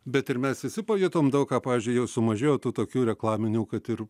bet ir mes visi pajutom daug ką pavyzdžiui jau sumažėjo tų tokių reklaminių kad ir